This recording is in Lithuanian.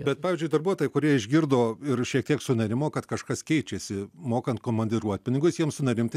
bet pavyzdžiui darbuotojai kurie išgirdo ir šiek tiek sunerimo kad kažkas keičiasi mokant komandiruotpinigius jiems sunerimti